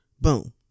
Boom